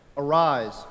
Arise